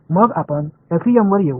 मग आपण एफईएमवर येऊ